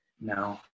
No